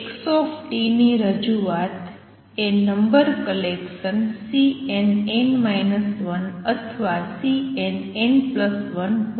x ની રજૂઆત એ નંબર કલેકસન Cnn 1 અથવા Cnn1 હોઈ શકે છે